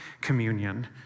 communion